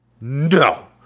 no